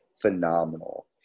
phenomenal